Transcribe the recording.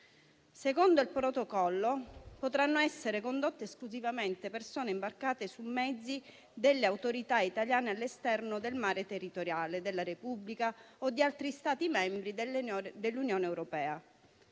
Secondo il Protocollo potranno essere condotte esclusivamente persone imbarcate su mezzi delle autorità italiane all'esterno del mare territoriale della Repubblica o di altri Stati membri dell'Unione europea.